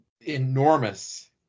enormous